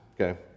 okay